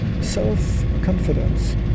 self-confidence